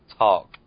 talk